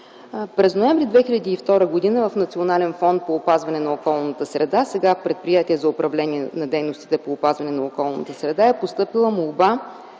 През ноември 2002 г. в Национален фонд по опазване на околната среда, сега Предприятие за управление на дейностите по опазване на околната среда, е постъпила молба